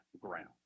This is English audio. ground